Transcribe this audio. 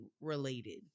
related